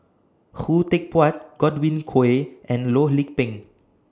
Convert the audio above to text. Khoo Teck Puat Godwin Koay and Loh Lik Peng